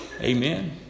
Amen